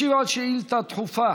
ישיב על שאילתה דחופה